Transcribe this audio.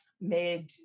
made